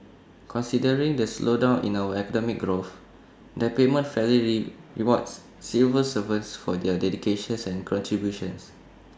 considering the slowdown in our economic growth the payment fairly rewards civil servants for their dedications and contributions